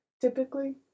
Typically